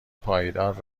پایدار